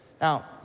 Now